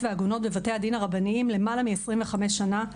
ועגונות בבתי הדין הרבניים למעלה מ-25 שנים.